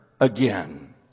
again